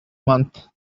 month